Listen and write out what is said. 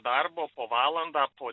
darbo po valandą po